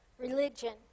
religion